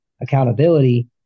Accountability